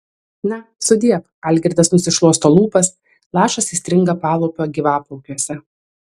na sudiev algirdas nusišluosto lūpas lašas įstringa palūpio gyvaplaukiuose